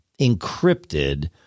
encrypted